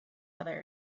other